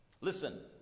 Listen